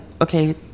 okay